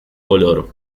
color